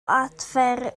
adfer